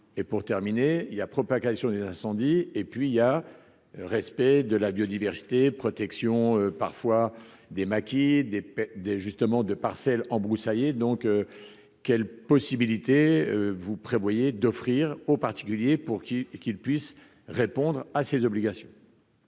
et pour terminer, il y a propagation des incendies et puis il y a respect de la biodiversité protection parfois des maquis des des justement de parcelles en broussaille et donc quelle possibilité vous prévoyez d'offrir aux particuliers pour qu'qui qu'il puisse répondre à ses obligations.